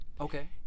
okay